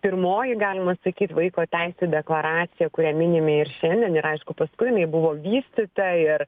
pirmoji galima sakyt vaiko teisių deklaracija kurią minime ir šiandien ir aišku paskui jinai buvo vystyta ir